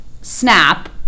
Snap